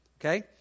Okay